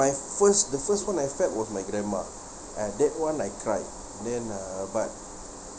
my first the first one I felt was my grandma ah that [one] I cried then uh but